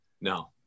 No